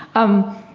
um,